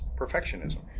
perfectionism